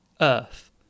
Earth